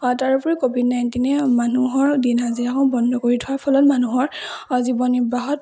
তাৰোপৰি ক'ভিড নাইণ্টিনে মানুহৰ দিন হাজিৰাসমূহ বন্ধ কৰি থোৱাৰ ফলত মানুহৰ জীৱন নিৰ্বাহত